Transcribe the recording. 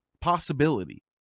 possibility